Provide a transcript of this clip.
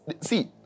see